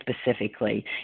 specifically